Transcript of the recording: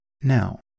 now